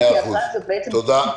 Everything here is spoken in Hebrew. תודה.